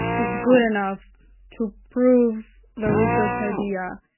is good enough to prove the research idea,